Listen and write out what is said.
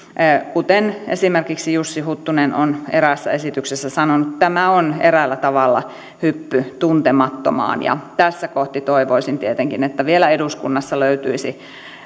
kuten esimerkiksi jussi huttunen on eräässä esityksessä sanonut tämä on eräällä tavalla hyppy tuntemattomaan ja tässä kohtaa toivoisin tietenkin että vielä eduskunnassa löytyisi